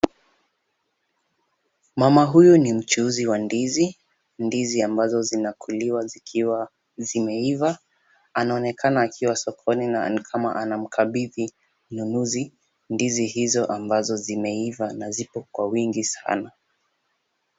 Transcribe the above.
Mama huyu ni mchuuzi wa ndizi, ndizi ambazo zinakuliwa zikiwa zimeiva, anaonekana akiwa sokoni na ni kama anamkabidhi mnunuzi ndizi hizo ambazo zimeiva na ziko kwa wingi sana.